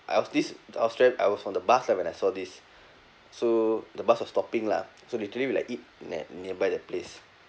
I was this I was st~ I was on the bus lah when I saw this so the bus was stopping lah so literally we like eat nea~ nearby that place